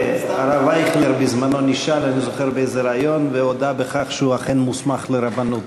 הרב אייכלר נשאל בריאיון והודה שהוא אכן מוסמך לרבנות,